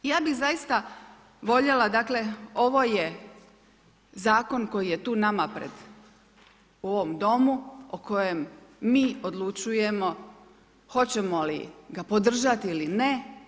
Ja bih zaista voljela dakle, ovo je zakon koji je tu nama pred u ovom domu o kojem mi odlučujemo hoćemo li ga podržati ili ne.